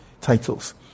titles